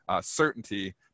certainty